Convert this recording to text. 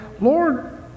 Lord